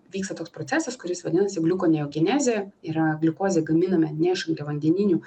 vyksta toks procesas kuris vadinasi gliukoneogenezė yra gliukozė gaminame ne iš angliavandeninių